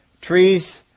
Trees